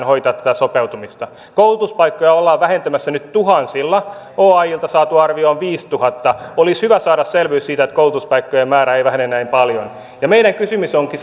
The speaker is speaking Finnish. hoitaa tätä sopeutumista koulutuspaikkoja ollaan vähentämässä nyt tuhansilla oajltä saatu arvio on viisituhatta olisi hyvä saada selvyys siitä että koulutuspaikkojen määrä ei vähene näin paljon meidän kysymyksemme onkin